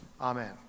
Amen